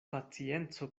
pacienco